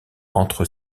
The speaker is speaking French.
entre